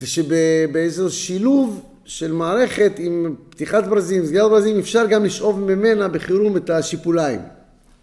זה שבאיזו שילוב של מערכת עם פתיחת ברזים, סגירת ברזים, אפשר גם לשאוב ממנה בחירום את השיפוליים.